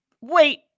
wait